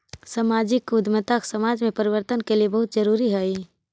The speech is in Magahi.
सामाजिक उद्यमिता समाज में परिवर्तन के लिए बहुत जरूरी हई